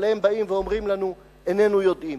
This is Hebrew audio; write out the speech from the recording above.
ועליהם באים ואומרים לנו: איננו יודעים.